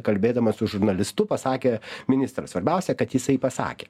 kalbėdamas su žurnalistu pasakė ministras svarbiausia kad jisai pasakė